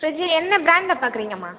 fridge என்ன பிராண்ட்டில் பார்க்குறீங்கம்மா